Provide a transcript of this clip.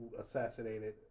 assassinated